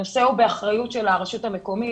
הנושא הוא באחריות הרשות המקומית.